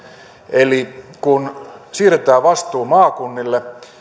eli kun siirretään vastuu maakunnille